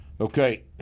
okay